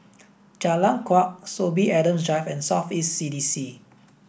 Jalan Kuak Sorby Adams Drive and South East C D C